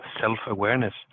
self-awareness